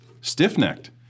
Stiff-necked